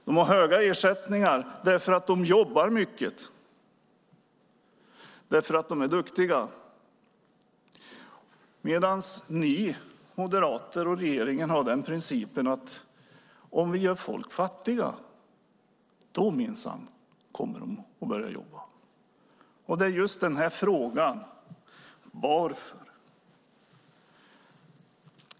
De har höga ersättningar för att de jobbar mycket, för att de är duktiga. Ni moderater och regeringen har den principen att om vi gör folk fattiga då kommer de minsann att börja jobba. Frågan är just varför.